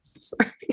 Sorry